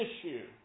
issue